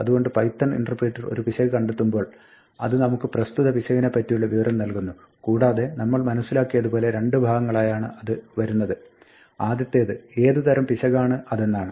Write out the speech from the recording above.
അതുകൊണ്ട് python interpreter ഒരു പിശക് കണ്ടെത്തുമ്പോൾ അത് നമുക്ക് പ്രസ്തുത പിശകിനെപ്പറ്റിയുള്ള വിവരം നൽകുന്നു കൂടാതെ നമ്മൾ മനസ്സിലാക്കിയതുപോലെ രണ്ട് ഭാഗങ്ങളായാണ് അത് വരുന്നത് ആദ്യത്തേത് ഏത് തരം പിശകാണ് അതെന്നാണ്